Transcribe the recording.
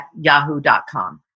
yahoo.com